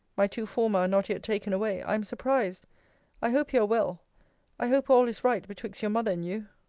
my two former are not yet taken away i am surprised i hope you are well i hope all is right betwixt your mother and you